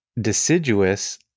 Deciduous